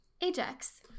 Ajax